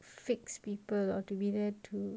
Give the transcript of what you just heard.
fixed people or to be there too